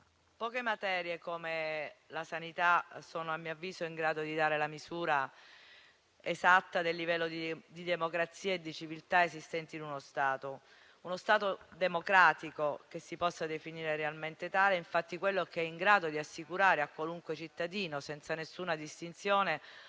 poche materie come la sanità sono, a mio avviso, in grado di dare la misura esatta del livello di democrazia e di civiltà esistenti in uno Stato. Uno Stato democratico che si possa definire realmente tale è infatti quello in grado di assicurare a qualunque cittadino, senza nessuna distinzione,